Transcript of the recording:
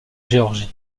géorgie